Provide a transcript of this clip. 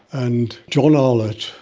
and john arlott,